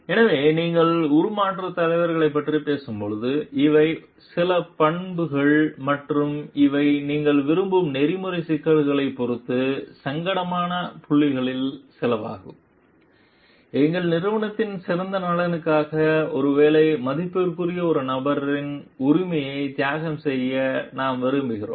எனவே நீங்கள் உருமாற்றத் தலைவர்களைப் பற்றிப் பேசும்போது இவை சில பண்புகள் மற்றும் இவை நீங்கள் விரும்பும் நெறிமுறை சிக்கல்களைப் பொறுத்து சங்கடமான புள்ளிகளில் சிலவாகும் எங்கள் நிறுவனத்தின் சிறந்த நலனுக்காக ஒருவேளை மதிப்புக்குரிய ஒரு நபரின் உரிமையை தியாகம் செய்ய நாம் விரும்புகிறோம்